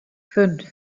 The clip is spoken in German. fünf